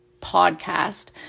podcast